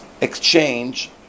exchange